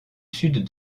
sud